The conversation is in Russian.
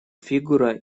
фигура